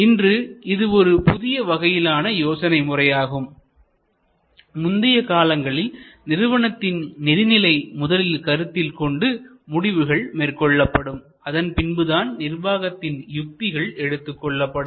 இன்று இது ஒரு புதிய வகையிலான யோசனை முறை ஆகும்முந்தைய காலங்களில் நிறுவனத்தின் நிதிநிலை முதலில் கருத்தில்கொண்டு முடிவுகள் மேற்கொள்ளப்படும் அதன் பின்புதான் நிர்வாகத்தின் யுக்திகள் எடுத்துக்கொள்ளப்படும்